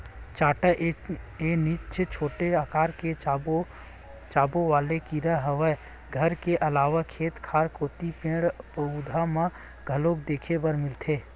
चाटा ए निच्चट छोटे अकार के चाबे वाले कीरा हरय घर के अलावा खेत खार कोती पेड़, पउधा म घलोक देखे बर मिलथे